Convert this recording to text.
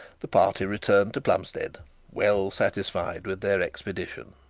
the party returned to plumstead well satisfied with their expedition.